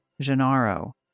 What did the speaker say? Gennaro